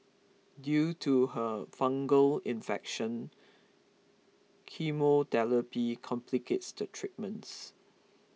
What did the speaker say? due to her fungal infection chemotherapy complicates the treatments